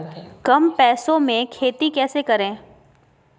कम पैसों में खेती कैसे करें?